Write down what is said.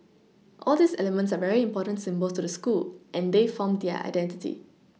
all these elements are very important symbols to the school and they form their identity